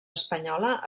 espanyola